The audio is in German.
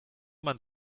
man